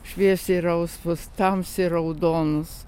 šviesiai rausvos tamsiai raudonos